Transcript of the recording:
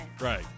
Right